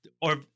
or-